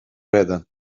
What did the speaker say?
redden